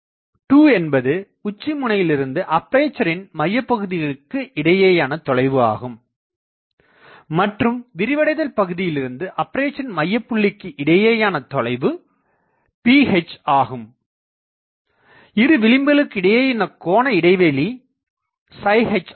2என்பது உச்சிமுனையில் இருந்து அப்பேசரின் மையபகுதிக்கு இடையேயான தொலைவு ஆகும் மற்றும் விரிவடைதல் பகுதியிலிருந்து அப்பேசரின் மையபுள்ளிக்கு இடையேயான தொலைவுPhஇரு விளிம்புகளுக்கு இடையேயான கோண இடைவெளிh ஆகும்